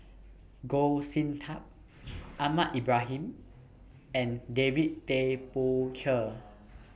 Goh Sin Tub Ahmad Ibrahim and David Tay Poey Cher